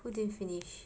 who didn't finish